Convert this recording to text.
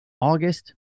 August